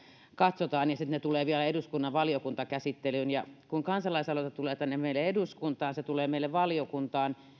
katsotaan ja sitten ne tulevat vielä eduskunnan valiokuntakäsittelyyn kun kansalaisaloite tulee tänne meille eduskuntaan se tulee meille valiokuntaan